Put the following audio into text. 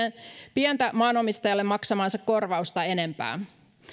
pientä maanomistajalle maksamaansa korvausta enempää